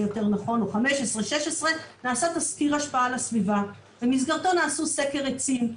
2016-2015 נעשה תסקיר השפעה על הסביבה במסגרתו נעשה סקר עצים,